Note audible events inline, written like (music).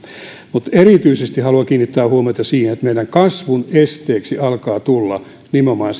mutta erityisesti haluan kiinnittää huomiota siihen että meidän kasvun esteeksi alkaa tulla nimenomaan (unintelligible)